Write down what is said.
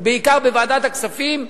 בעיקר בוועדת הכספים,